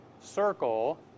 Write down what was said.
circle